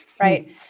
right